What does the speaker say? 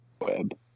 Web